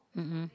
mmhmm